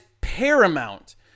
paramount